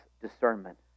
discernment